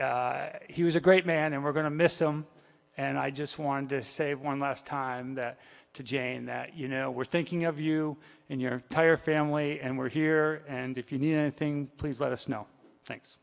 so he was a great man and we're going to miss them and i just wanted to say one last time to jane that you know we're thinking of you and your tire family and we're here and if you need anything please let us know th